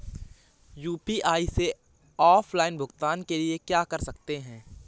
UPI से offline भुगतान के लिए क्या कर सकते हैं?